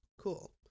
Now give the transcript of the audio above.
Cool